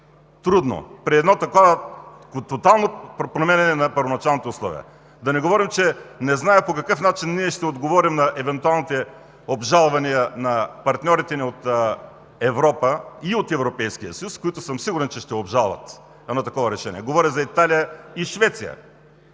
трудно, при едно такова тотално променяне на първоначалните условия. Да не говорим, че не зная по какъв начин ние ще отговорим на евентуалните обжалвания на партньорите ни от Европа и от Европейския съюз, които съм сигурен, че ще обжалват едно такова решение – говоря за Италия и Швеция.